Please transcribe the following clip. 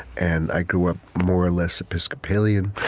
and i grew up more or less episcopalian